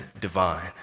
divine